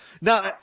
Now